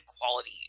quality